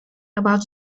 about